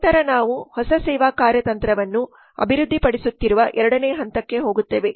ನಂತರ ನಾವು ಹೊಸ ಸೇವಾ ಕಾರ್ಯತಂತ್ರವನ್ನು ಅಭಿವೃದ್ಧಿಪಡಿಸುತ್ತಿರುವ ಎರಡನೇ ಹಂತಕ್ಕೆ ಹೋಗುತ್ತೇವೆ